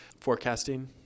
forecasting